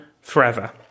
forever